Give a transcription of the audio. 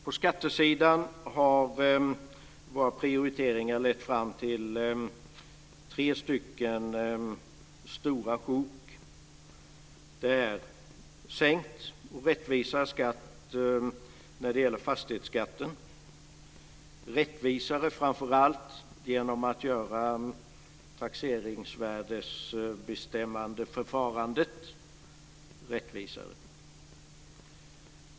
På skattesidan har våra prioriteringar lett fram till tre stora sjok. Det är sänkt och rättvisare fastighetsskatt. Den ska bli rättvisare framför allt genom att man gör förfarandet för att bestämma taxeringsvärdet rättvisare.